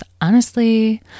Honestly